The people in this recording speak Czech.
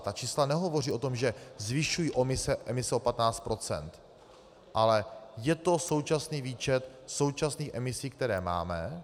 Ta čísla nehovoří o tom, že zvyšují emise o 15 %, ale je to současný výčet současných emisí, které máme.